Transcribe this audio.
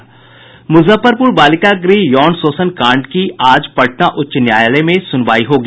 मुजफ्फरपुर बालिका गृह यौन शोषण कांड की आज पटना उच्च न्यायालय में सुनवाई होगी